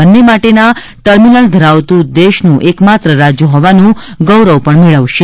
બંને માટેના ટર્મિનલ ધરાવતું દેશનું એક માત્ર રાજ્ય હોવાનું ગૌરવ પણ મેળવશે